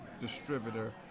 distributor